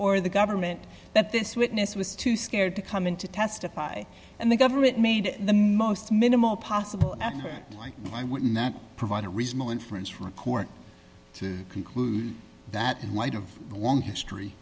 or the government that this witness was too scared to come in to testify and the government made in the most minimal possible act like i would not provide a reasonable inference for a court to conclude that in light of the long history